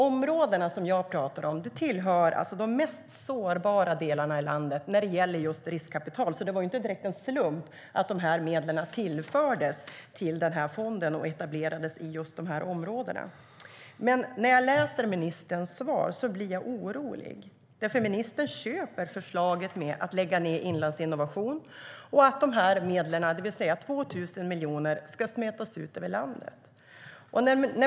Områdena som jag pratar om är några av de mest sårbara delarna av landet när det gäller just riskkapital, så det var inte direkt en slump att medlen tillfördes den här fonden och etablerades i just de här områdena. När jag läser ministerns svar blir jag orolig, därför att ministern köper förslaget om att lägga ned Inlandsinnovation och att de här medlen, det vill säga 2 000 miljoner, ska smetas ut över landet.